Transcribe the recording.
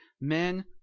men